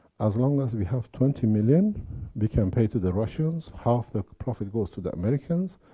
as long as we have twenty million we can pay to the russians, half the profit goes to the americans,